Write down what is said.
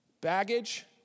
Baggage